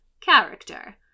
character